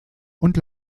und